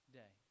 day